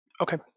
Okay